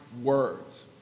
words